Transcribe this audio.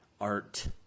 art